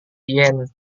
yen